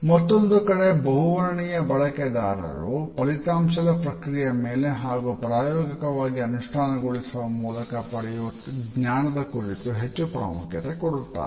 ಮತ್ತೊಂದು ಕಡೆ ಬಹುವರ್ಣೀಯ ಬಳಕೆದಾರರು ಫಲಿತಾಂಶದ ಪ್ರಕ್ರಿಯೆಯ ಮೇಲೆ ಹಾಗೂ ಪ್ರಾಯೋಗಿಕವಾಗಿ ಅನುಷ್ಠಾನಗೊಳಿಸುವ ಮೂಲಕ ಪಡೆಯುವ ಜ್ಞಾನದ ಕುರಿತು ಹೆಚ್ಚು ಪ್ರಾಮುಖ್ಯತೆ ಕೊಡುತ್ತಾರೆ